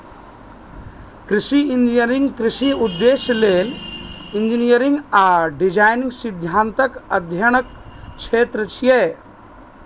कृषि इंजीनियरिंग कृषि उद्देश्य लेल इंजीनियरिंग आ डिजाइन सिद्धांतक अध्ययनक क्षेत्र छियै